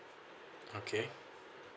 okay